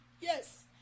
Yes